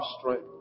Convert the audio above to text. strength